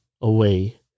away